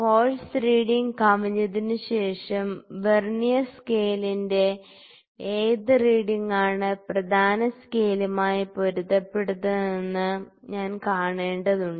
force reading കവിഞ്ഞതിനുശേഷം vernier സ്കെയിലിന്റെ ഏത് റീഡിങ്ങാണ് പ്രധാന സ്കെയിലുമായി പൊരുത്തപ്പെടുന്നതെന്ന് ഞാൻ കാണേണ്ടതുണ്ട്